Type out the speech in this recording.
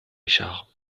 richard